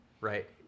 Right